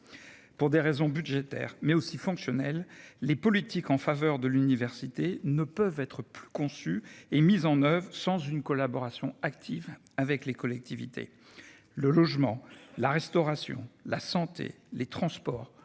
Pour des raisons budgétaires mais aussi fonctionnel les politiques en faveur de l'université ne peuvent être conçu et mis en oeuvre sans une collaboration active avec les collectivités. Le logement, la restauration, la santé, les transports,